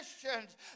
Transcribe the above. Christians